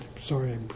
Sorry